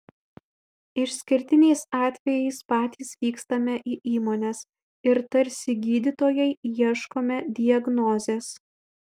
išskirtiniais atvejais patys vykstame į įmones ir tarsi gydytojai ieškome diagnozės